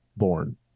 born